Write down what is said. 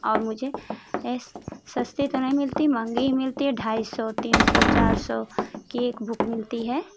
और मुझे सस्ते तो नहीं मिलती मंहगी ही मिलती है ढाई सौ तीन सौ चर सौ कि एक बूक मिलती है